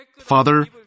Father